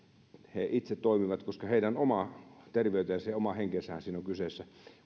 he itse tässä toimivat koska heidän oma terveytensä ja oma henkensähän siinä on kyseessä